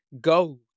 go